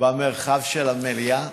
במרחב של המליאה?